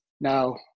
Now